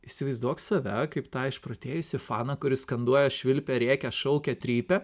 įsivaizduok save kaip tą išprotėjusį faną kuris skanduoja švilpia rėkia šaukia trypia